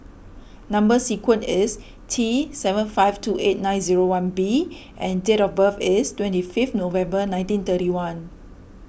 Number Sequence is T seven five two eight nine zero one B and date of birth is twenty fifth November nineteen thirty one